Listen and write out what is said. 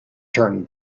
turn